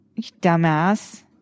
Dumbass